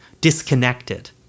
disconnected